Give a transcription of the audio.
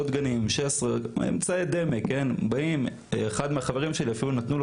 מדומה ואפילו נתנו אגרוף לאחד מהחברים שלי.